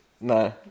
No